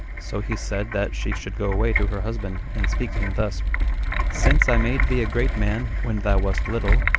so he said that she should go away to her husband, and speak to him thus since i made thee a great man when thou wast little,